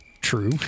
true